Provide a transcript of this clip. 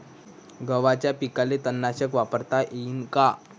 गव्हाच्या पिकाले तननाशक वापरता येईन का?